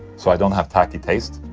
so i don't have tacky taste?